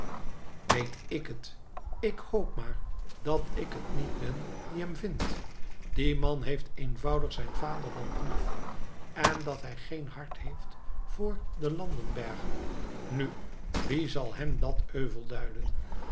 weet ik het ik hoop maar dat ik het niet ben die hem vind die man heeft eenvoudig zijn vaderland lief en dat hij geen hart heeft voor den landenberger nu wie zal hem dat euvel duiden